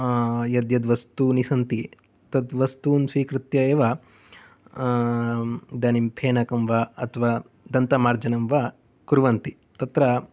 यद्यद् वस्तूनि सन्ति तत् वस्तुं स्वीकृत्य एव इदानीं फेनकं वा अथवा दन्तमार्जनं वा कुर्वन्ति तत्र